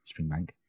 Springbank